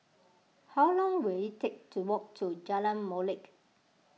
how long will it take to walk to Jalan Molek